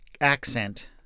accent